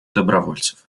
добровольцев